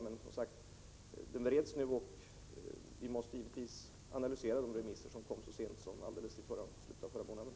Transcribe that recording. Men som tidigare sagts bereds den nu. Vi måste givetvis också analysera de remisser som kom så sent som i slutet av förra månaden.